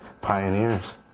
pioneers